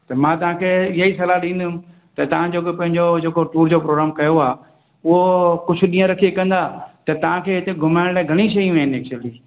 पर मां तव्हां खे हीअं ई सलाहु ॾींदमि त तव्हां जो बि पंहिंजो टूर जो प्रोग्राम कयो आहे उहो कुझु ॾींहुं रखी कंदा त तव्हां खे हिते घुमायण लाइ घणी शयूं आहिनि एक्चुअली